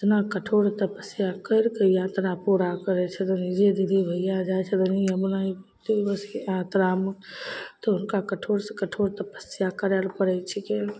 तऽ इतना कठोर तपस्या करिके यात्रा पूरा करय छथिन जे दीदी भैया जाइ छथिन बहुदिवस यात्रामे तऽ हुनका जे कठोर सँ कठोर तपस्या करय लए पड़य छीकै